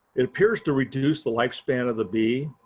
it appears to reduce the lifespan of the bee.